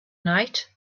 night